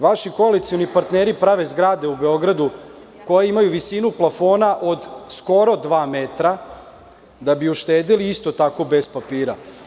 Vaši koalicioni partneri prave zgrade u Beogradu koje imaju visinu plafona od skoro dva metara, da bi uštedeli isto tako bez papira.